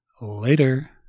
later